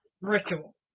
ritual